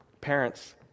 Parents